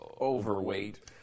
Overweight